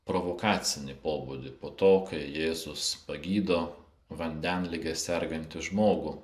provokacinį pobūdį po to kai jėzus pagydo vandenlige sergantį žmogų